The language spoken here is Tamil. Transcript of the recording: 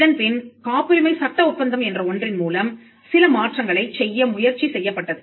இதன்பின் காப்புரிமை சட்ட ஒப்பந்தம் என்ற ஒன்றின் மூலம் சில மாற்றங்களைச் செய்ய முயற்சி செய்யப்பட்டது